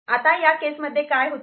आता या केस मध्ये हे काय होते